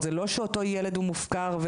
זה לא שאותו ילד מופקר.